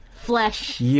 flesh